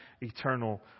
eternal